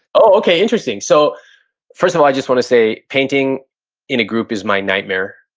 okay, interesting. so first of all, i just wanna say painting in a group is my nightmare.